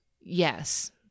yes